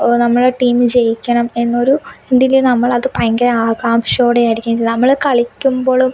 ഓ നമ്മളുടെ ടീം ജയിക്കണം എന്നൊരു എന്തിന് നമ്മൾ അത് ഭയങ്കര ആകാംഷയോടെ ആയിരിക്കും നമ്മൾ കളിക്കുമ്പോഴും